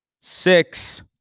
Six